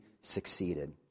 succeeded